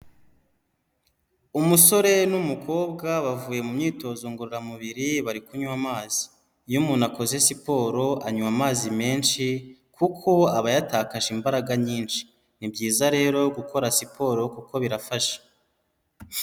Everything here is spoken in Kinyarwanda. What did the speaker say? Umusore n'umukobwa bavuye mu myitozo ngororamubiri, bari kunywa amazi. Iyo umuntu akoze siporo anywa amazi menshi, kuko aba yatakaje imbaraga nyinshi. Ni byiza rero gukora siporo, kuko birafasha.